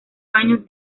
años